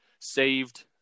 saved